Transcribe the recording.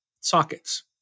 sockets